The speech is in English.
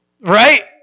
right